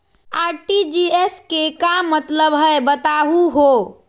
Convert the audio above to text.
RTGS के का मतलब हई, बताहु हो?